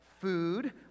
food